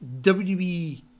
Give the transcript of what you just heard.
WWE